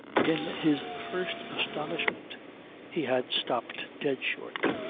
in his first astonishment he had stopped dead short,